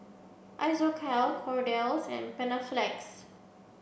Isocal Kordel's and Panaflex